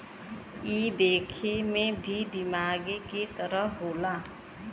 ई देखे मे भी दिमागे के तरह होला